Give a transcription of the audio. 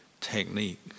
technique